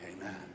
Amen